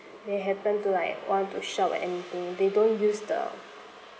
they happen to like want to shop or anything they don't use the